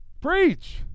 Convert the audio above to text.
preach